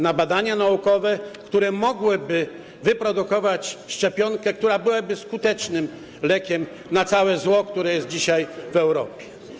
na badania naukowe, dzięki którym można by wyprodukować szczepionkę, która byłaby skutecznym lekiem na całe zło, które jest dzisiaj w Europie.